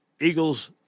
Eagles